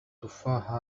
تفاحة